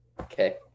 Okay